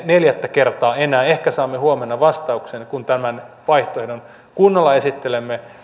neljättä kertaa enää ehkä saamme huomenna vastauksen kun tämän vaihtoehdon kunnolla esittelemme